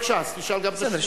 אז בבקשה, אז תשאל גם את השנייה.